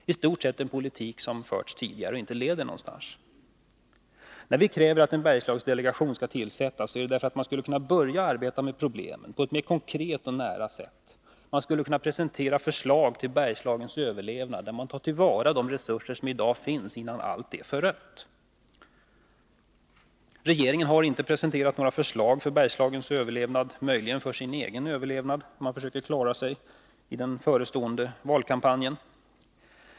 I stort sett en politik av det slag som har förts tidigare och inte leder någonstans. När vi kräver att en Bergslagsdelegation skall tillsättas är det därför att man där skulle kunna börja arbeta med problemen på ett mer konkret och nära sätt. Den skulle kunna presentera förslag för Bergslagens överlevnad, där man tar till vara de resurser som i dag finns — innan allt är förött. Regeringen har inte presenterat några förslag avseende Bergslagens överlevnad, möjligen för sin egen överlevnad — förslag till hur man skall klara sig i den förestående valkampanjen.